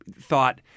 thought